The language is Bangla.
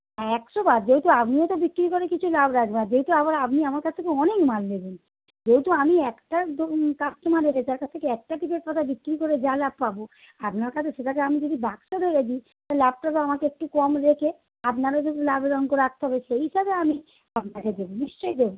হ্যাঁ একশোবার যেহেতু আপনিও তো বিক্কিরি করে কিছু লাভ রাখবেন আর যেহেতু আমার আপনি কাছ থেকে অনেক মাল নেবেন যেহেতু আমি একটা দু কাস্টোমার রেখে যার কাছ থেকে একটা টিপের পাতা বিক্কিরি করে যা লাভ পাবো আপনার কাছে সেটাকে আমি যদি বাক্স ধরে দিই তো লাভটা আমাকে একটু কম রেখে আপনারও যেহেতু লাভের অংক রাখতে হবে সেই হিসাবে আমি আপনাকে দেবো নিশ্চয়ই দেবো